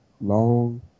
long